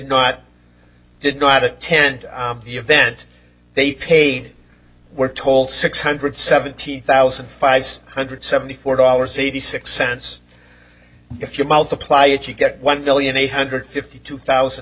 not did not attend the event they paid we're told six hundred seventy thousand five hundred seventy four dollars eighty six cents if you multiply it you get one million eight hundred fifty two thousand